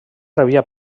rebia